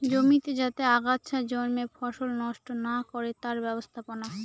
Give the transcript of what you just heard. জমিতে যাতে আগাছা জন্মে ফসল নষ্ট না করে তার ব্যবস্থাপনা